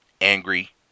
angry